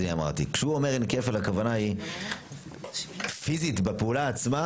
כשהוא אומר שאין כפל הכוונה היא פיזית בפעולה עצמה?